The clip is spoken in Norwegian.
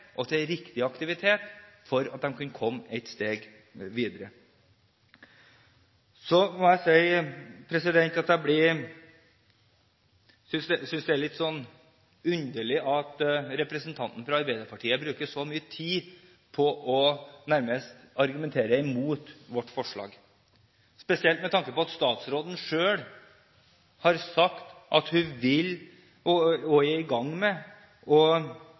og til riktig aktivitet, slik at de kan komme seg et steg videre. Så må jeg si at jeg synes det er litt underlig at representanten fra Arbeiderpartiet bruker så mye tid på nærmest å argumentere imot vårt forslag, spesielt med tanke på at statsråden selv har sagt at hun vil gå i gang med å gjennomgå stønadsordninger og